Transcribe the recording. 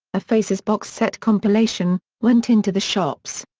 a faces box set compilation, went into the shops.